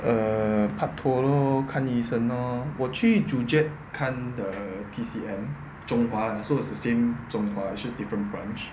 err pak tor lor 看医生 lor 我去 joo chiat 看 the T_C_M 中华 so it's the same 中华 it's just different branch